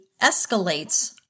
escalates